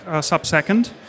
sub-second